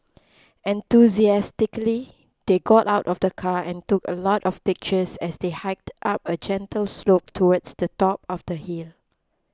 enthusiastically they got out of the car and took a lot of pictures as they hiked up a gentle slope towards the top of the hill